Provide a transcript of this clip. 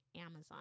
amazon